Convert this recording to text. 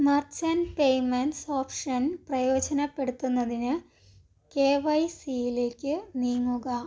merchant payments option പ്രയോജനപ്പെടുത്തുന്നതിന് K Y സിയിലേക്ക് നീങ്ങുക